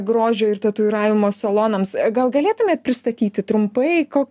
grožio ir tatuiravimo salonams gal galėtumėt pristatyti trumpai ko